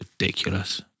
Ridiculous